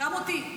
גם אותי.